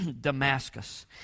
Damascus